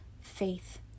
faith